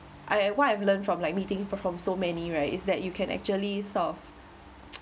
I what I've learnt from like meeting from so many right is that you can actually solve